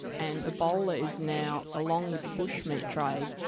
and ebola is now, along with the bush-meat trade,